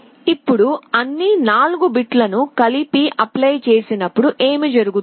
ఇప్పుడు అన్ని 4 బిట్లను కలిపి అప్లై చేసినపుడు ఏమి జరుగుతుంది